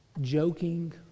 joking